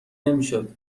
نمیشد